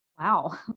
Wow